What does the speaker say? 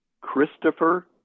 Christopher